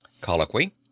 Colloquy